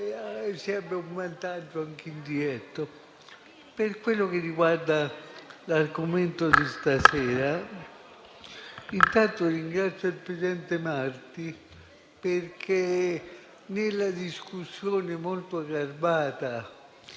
sempre un vantaggio, anche se indiretto. Per quello che riguarda l'argomento di stasera, vorrei ringraziare il presidente Marti perché, nella discussione molto garbata